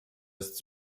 ist